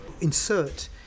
insert